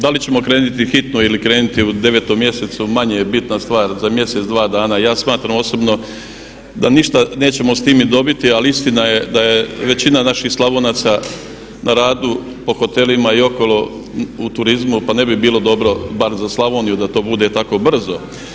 Da li ćemo krenuti hitno ili krenuti u 9 mjesecu manje je bitna stvar, za mjesec dva dana i ja smatram osobno da ništa nećemo s time dobiti ali istina je da je većina naših Slavonaca na radu po hotelima i okolo po turizmu pa ne bi bilo dobro, bar za Slavoniju da to bude tako brzo.